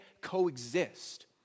coexist